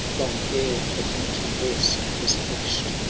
long ere the mountain-voice was hushed,